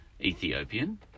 Ethiopian